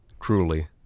Truly